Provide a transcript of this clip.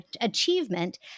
achievement